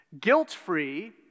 guilt-free